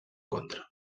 contra